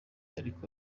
ariko